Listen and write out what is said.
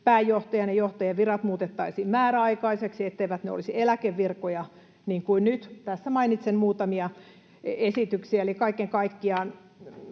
pääjohtajan ja johtajien virat muutettaisiin määräaikaisiksi, etteivät ne olisi eläkevirkoja niin kuin nyt. Tässä mainitsen muutamia esityksiä,